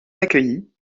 accueilli